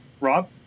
Rob